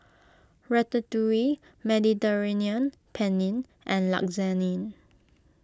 Ratatouille Mediterranean Penne and Lasagne